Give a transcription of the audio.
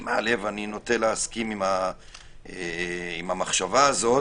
מעלה ואני נוטה להסכים עם המחשבה הזאת